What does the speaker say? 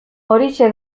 horixe